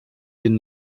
den